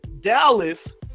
dallas